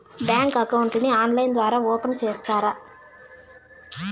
Bank account ని online ద్వారా open సేస్తారా?